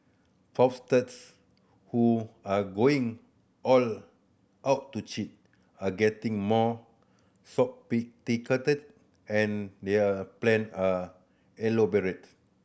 fraudsters who are going all out to cheat are getting more sophisticated and their plan are elaborate